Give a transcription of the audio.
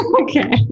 Okay